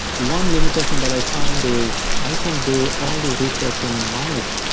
one limitation that i find is, i can do all the research in mice,